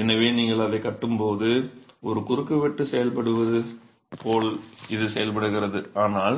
எனவே நீங்கள் அதைக் கட்டும்போது ஒரு குறுக்குவெட்டாகச் செயல்படுவது போல் இது செயல்படுகிறது ஆனால்